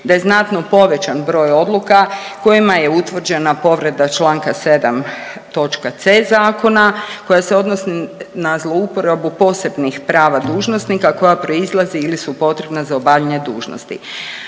da je znatno povećan broj odluka kojima je utvrđena povreda Članka 7. točka c) zakona koja se odnosi na zlouporabu posebnih prava dužnosnika koja proizlazi ili su potrebna za obavljanje dužnosti.